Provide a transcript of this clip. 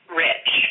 rich